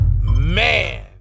Man